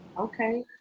Okay